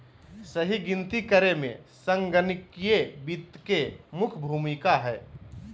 सही गिनती करे मे संगणकीय वित्त के मुख्य भूमिका हय